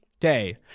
day